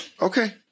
Okay